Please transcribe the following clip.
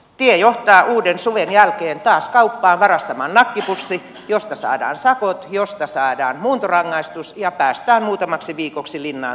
tie johtaa uuden suven jälkeen taas kauppaan varastamaan nakkipussin mistä saadaan sakot mistä saadaan muuntorangaistus ja päästään muutamaksi viikoksi linnaan tervehtymään